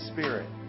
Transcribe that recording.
Spirit